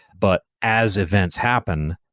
but as events happen,